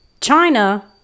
China